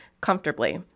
comfortably